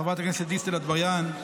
חברת הכנסת דיסטל אטבריאן,